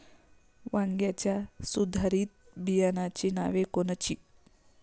वांग्याच्या सुधारित बियाणांची नावे कोनची?